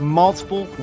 multiple